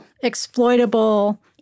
exploitable